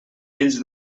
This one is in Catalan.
fills